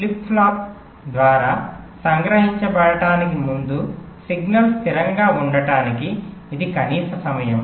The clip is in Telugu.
ఫ్లిప్ ఫ్లాప్ ద్వారా సంగ్రహించబడటానికి ముందు సిగ్నల్ స్థిరంగా ఉండటానికి ఇది కనీస సమయం